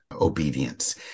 obedience